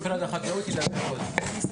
משרד החקלאות, עדיף שאת תדברי.